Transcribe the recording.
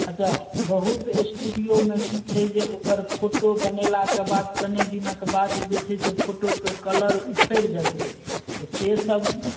अच्छा बहुत स्टूडियोमे कि छै जे ओकर फोटो बनेलाके बाद कने दिनके बाद जे छै से फोटोके कलर उखड़ि जाए छै तऽ से सब